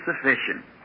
sufficient